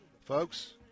Folks